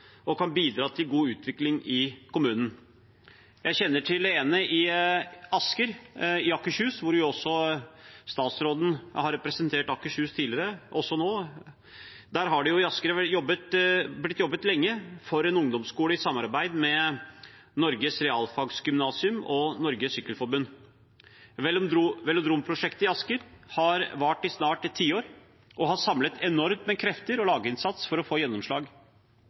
og kan bidra til god utvikling i kommunen. Jeg kjenner til det ene, i Asker i Akershus – og statsråden har jo representert Akershus tidligere, også nå. I Asker har det blitt jobbet lenge for en ungdomsskole i samarbeid med Norges Realfagsgymnas og Norges Cykleforbund. Velodromprosjektet i Asker har vart i snart ti år og har samlet enormt med krefter og laginnsats for å få gjennomslag.